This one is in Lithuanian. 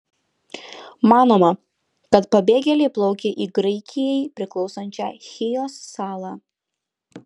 manoma kad pabėgėliai plaukė į graikijai priklausančią chijo salą